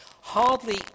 hardly